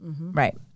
Right